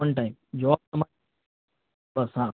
one time job મળે બસ હા